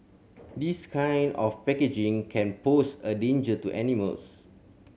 this kind of packaging can pose a danger to animals